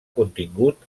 contingut